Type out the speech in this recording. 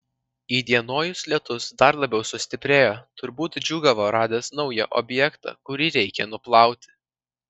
įdienojus lietus dar labiau sustiprėjo turbūt džiūgavo radęs naują objektą kurį reikia nuplauti